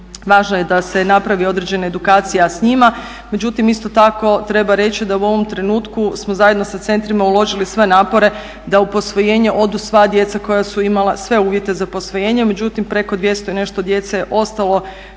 Važno je da se napravi određena edukacija s njima, međutim isto tako treba reći da u ovom trenutku smo zajedno sa centrima uložili sve napore da u posvojenje odu sva djeca koja su imala sve uvjete za posvojenje, međutim preko 200 i nešto djece je ostalo